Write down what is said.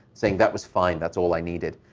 saying, that was fine. that's all i needed.